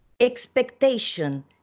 expectation